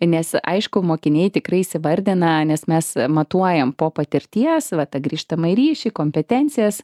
nes aišku mokiniai tikrai įsivardina nes mes matuojam po patirties va tą grįžtamąjį ryšį kompetencijas